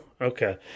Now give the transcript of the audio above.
Okay